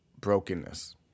brokenness